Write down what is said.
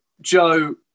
Joe